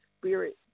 spirit